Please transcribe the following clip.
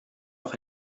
noch